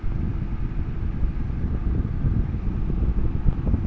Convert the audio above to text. মাসে কত টাকা অবধি লোন পাওয়া য়ায়?